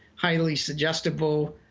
highly suggestible,